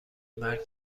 مرگ